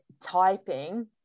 typing